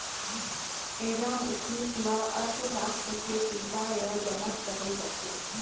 Adam Smith ल अर्थसास्त्र के पिता य जनक कहे जाथे